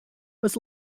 was